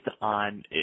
on